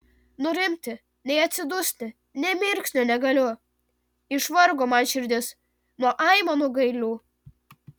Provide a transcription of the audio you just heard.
nurimti nei atsidusti nė mirksnio negaliu išvargo man širdis nuo aimanų gailių